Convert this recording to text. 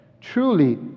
Truly